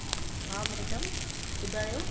हा मैडम ॿुधायो